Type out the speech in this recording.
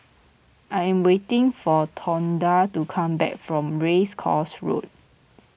I am waiting for Tonda to come back from Race Course Road